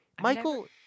Michael